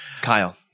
Kyle